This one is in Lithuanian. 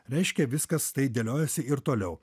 reiškia viskas tai dėliojasi ir toliau